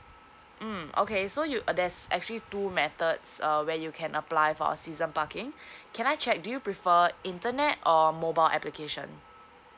mm okay so you uh there's actually two methods uh where you can apply for a season parking can I check do you prefer internet or mobile application